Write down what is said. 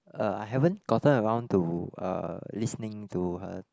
uh I haven't gotten around to uh listening to her